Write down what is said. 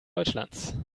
deutschlands